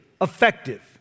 effective